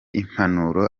impanuro